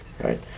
right